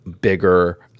bigger